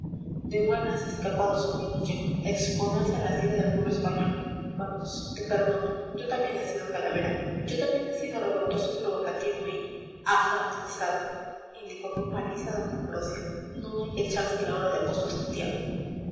de buena has escapado sobrinillo exponerse a las iras del pueblo español vamos te perdono yo también he sido calavera yo también he sido revoltoso y provocativo y afrancesado indicó con malicia doña ambrosia no hay que echársela ahora de apóstol santiago